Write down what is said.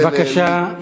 בבקשה,